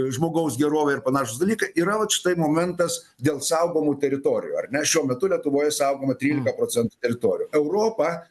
žmogaus gerovei ir panašūs dalykai yra vat štai momentas dėl saugomų teritorijų ar ne šiuo metu lietuvoje saugoma trylika procentų teritorijų europa